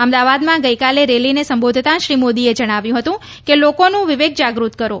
અમદાવાદમાં ગઈકાલે રેલીને સંબોધતાં શ્રી મોદીએ જણાવ્યું હતું કે લોકોનું વિવેદ જાગૃત કરો